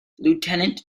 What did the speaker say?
lieutenant